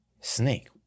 Snake